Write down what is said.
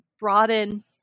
broaden